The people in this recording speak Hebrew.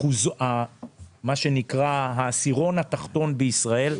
מה שנקרא "העשירון התחתון בישראל",